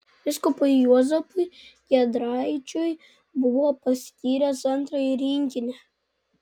vyskupui juozapui giedraičiui buvo paskyręs antrąjį rinkinį